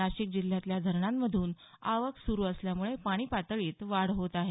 नाशिक जिल्ह्यातल्या धरणांमधून आवक सुरु असल्यामुळे पाणी पातळीत वाढ होत आहे